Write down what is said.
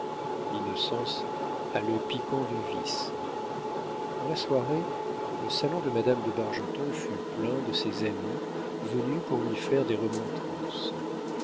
l'innocence a le piquant du vice dans la soirée le salon de madame de bargeton fut plein de ses amis venus pour lui faire des remontrances